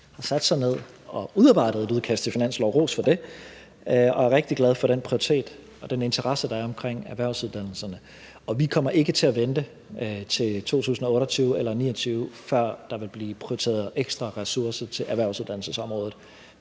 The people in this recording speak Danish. har sat sig ned og udarbejdet et udkast til finanslov – ros for det. Jeg er rigtig glad for den prioritet og den interesse, der er omkring erhvervsuddannelserne. Og vi kommer ikke til at vente til 2028 eller 2029, før der vil blive prioriteret ekstra ressourcer til erhvervsuddannelsesområdet.